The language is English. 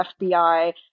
FBI